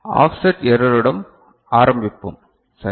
offset எரருடன் ஆரம்பிப்போம் சரி